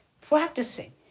practicing